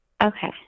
Okay